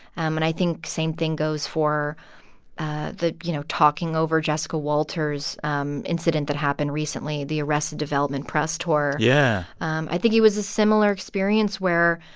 and i think same thing goes for the you know, talking over jessica walter's um incident that happened recently, the arrested development press tour yeah um i think it was a similar experience where,